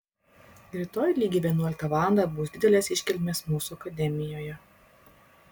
rytoj lygiai vienuoliktą valandą bus didelės iškilmės mūsų akademijoje